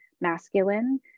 masculine